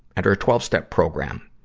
enter a twelve step program.